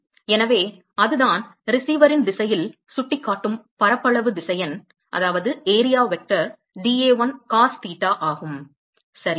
எனவே அதுதான் ரிசீவரின் திசையில் சுட்டிக்காட்டும் பரப்பளவு திசையன் dA1 காஸ் தீட்டா ஆகும் சரி